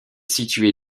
situé